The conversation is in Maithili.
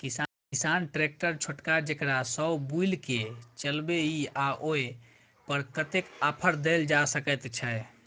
किसान ट्रैक्टर छोटका जेकरा सौ बुईल के चलबे इ ओय पर कतेक ऑफर दैल जा सकेत छै?